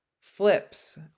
flips